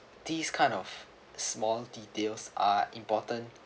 these kind of small details are important